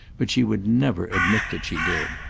but she would never admit that she did.